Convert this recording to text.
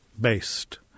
based